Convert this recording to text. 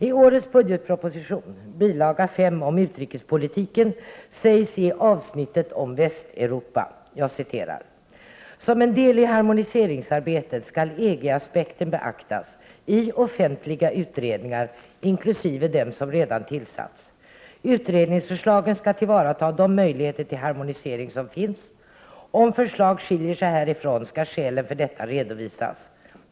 I årets budgetproposition bilaga 5 om utrikespolitiken sägs i avsnittet om Västeuropa: ”Som en del i harmoniseringsarbetet skall EG-aspekten beaktas i offentliga utredningar inkl. dem som redan tillsatts ——— Utredningsförslagen skall tillvarata de möjligheter till harmonisering som finns. Om förslag skiljer sig härifrån skall skälen för detta redovisas.